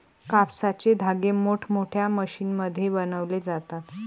कापसाचे धागे मोठमोठ्या मशीनमध्ये बनवले जातात